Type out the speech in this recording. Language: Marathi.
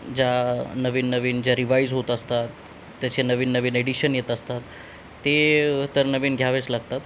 ज्या नवीन नवीन ज्या रिवाइज होत असतात त्याचे नवीन नवीन एडिशन येत असतात ते तर नवीन घ्यावेच लागतात